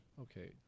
Okay